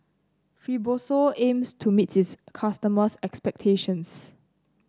fibrosol aims to meet its customers' expectations